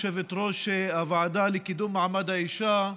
יושבת-ראש הוועדה לקידום מעמד האישה,